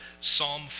Psalm